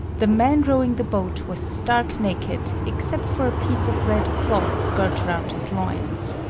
the man rowing the boat was stark naked, except for a piece of red cloth girt round his loins.